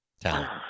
talent